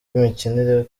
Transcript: rw’imikinire